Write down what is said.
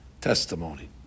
testimony